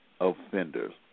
offenders